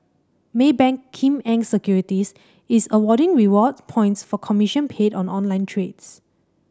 Maybank Kim Eng Securities is awarding reward points for commission paid on online trades